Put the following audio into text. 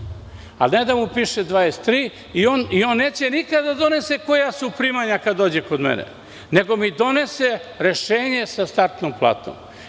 Ali, ne smemo da dozvolimo da mu piše 23, jer on neće nikada da donese koja su primanja kad dođe kod mene, nego mi donese rešenje sa startnom platom.